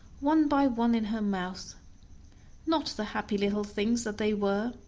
one by one in her mouth not the happy little things that they were,